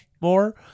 more